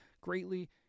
Greatly